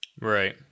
Right